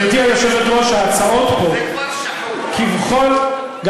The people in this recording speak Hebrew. גברתי היושבת-ראש, ההצעות פה, כבכל, זה כבר שחוק.